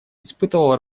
испытывал